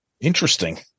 Interesting